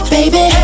Baby